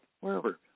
wherever